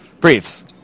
Briefs